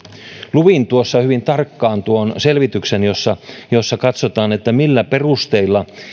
luin tuossa hyvin tarkkaan tuon selvityksen jossa katsotaan millä perusteilla